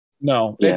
No